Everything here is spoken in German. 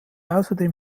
ausserdem